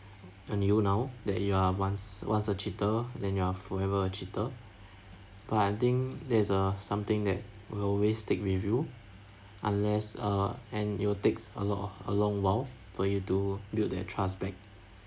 a knew now that you are once once a cheater then you are forever a cheaper but I think that is a something that will always take review unless uh and it will takes a lot of a long while for you to build that trust back